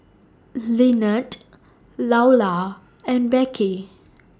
Lynnette Loula and Beckie